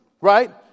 right